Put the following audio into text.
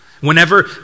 Whenever